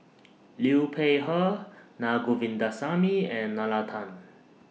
Liu Peihe Na Govindasamy and Nalla Tan